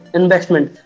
investment